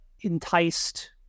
enticed